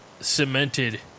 cemented